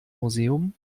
museum